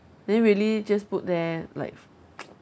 then really just put there like